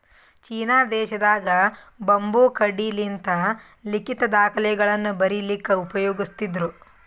China ದೇಶದಾಗ್ bamboo ಕಡ್ಡಿಲಿಂತ್ ಲಿಖಿತ್ ದಾಖಲೆಗಳನ್ನ ಬರಿಲಿಕ್ಕ್ ಉಪಯೋಗಸ್ತಿದ್ರು